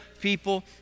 people